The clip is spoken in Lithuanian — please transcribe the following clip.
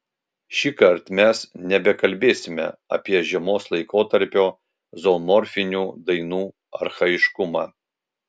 šįkart mes nebekalbėsime apie žiemos laikotarpio zoomorfinių dainų archaiškumą